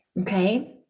Okay